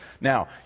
Now